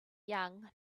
young